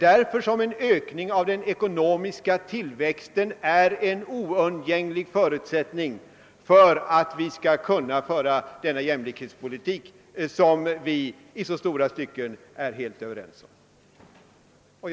Den ekonomiska tillväxten är ett oeftergivligt villkor för den jämlikhetspolitik som vi i stora stycken är helt överens om.